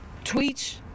tweets